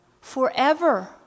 Forever